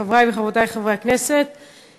חברי וחברותי חברי הכנסת,